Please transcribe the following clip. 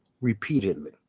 repeatedly